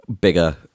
bigger